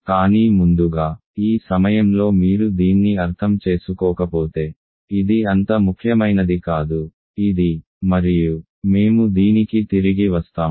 కానీ ముందుగా ఈ సమయంలో మీరు దీన్ని అర్థం చేసుకోకపోతే ఇది అంత ముఖ్యమైనది కాదు ఇది మరియు మేము దీనికి తిరిగి వస్తాము